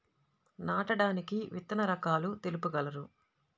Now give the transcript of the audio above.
నాటడానికి విత్తన రకాలు తెలుపగలరు?